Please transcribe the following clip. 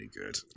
good